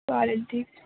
चालेल ठीक आहे